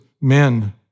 men